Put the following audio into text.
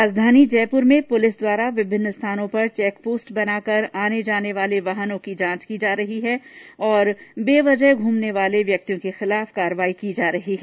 राजधानी जयपुर में पुलिस द्वारा विभिन्न स्थानों पर चैक पोस्ट बनाकर आने जाने वाले वाहनों की जांच की जा रही है और अनावश्यक घूमने वाले व्यक्तियों के खिलाफ कार्रवाई की जा रही है